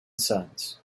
sons